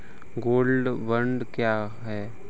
Gold bond क्या है?